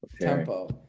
Tempo